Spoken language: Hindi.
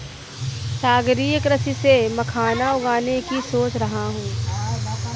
सागरीय कृषि से मखाना उगाने की सोच रहा हूं